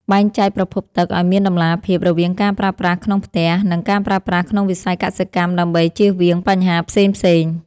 បែងចែកប្រភពទឹកឱ្យមានតម្លាភាពរវាងការប្រើប្រាស់ក្នុងផ្ទះ និង ការប្រើប្រាស់ក្នុងវិស័យកសិកម្មដើម្បីជៀសវាងបញ្ហាផ្សេងៗ។